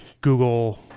Google